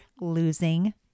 losing